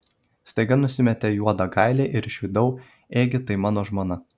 staiga nusimetė juodą kailį ir išvydau ėgi tai mano žmona